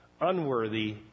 unworthy